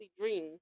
dream